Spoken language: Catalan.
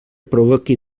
provoqui